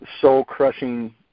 soul-crushing